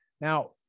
Now